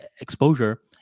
exposure